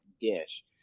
dish